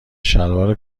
شلوار